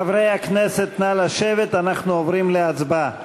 חברי הכנסת, נא לשבת, אנחנו עוברים להצבעה.